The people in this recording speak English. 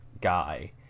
guy